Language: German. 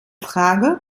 frage